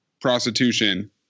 prostitution